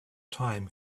time